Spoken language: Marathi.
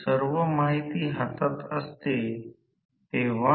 का ही गोष्ट हस्तांतरित करू आणि r चे परिणामी प्रति हवाई अंतर ध्रुव किती असेल